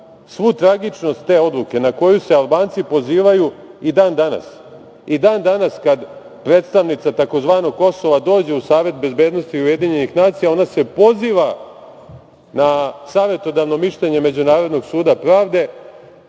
svu tragičnost te odluke na koju se Albanci pozivaju i dan danas? I dan danas kada predstavnica tzv. Kosova dođe u Savet bezbednosti Ujedinjenih nacija, ona se poziva na savetodavno mišljenje Međunarodnog suda pravde,